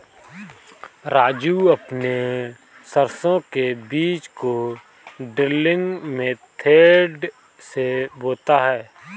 राजू अपने सरसों के बीज को ड्रिलिंग मेथड से बोता है